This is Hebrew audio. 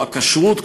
או הכּשרות,